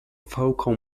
focal